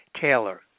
Taylor